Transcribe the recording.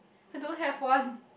I don't have one